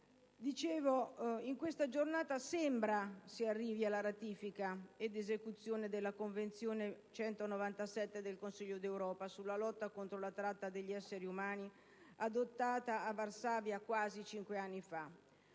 di legge di autorizzazione alla ratifica ed esecuzione della Convenzione n. 197 del Consiglio d'Europa sulla lotta contro la tratta di esseri umani, adottata a Varsavia quasi cinque anni fa;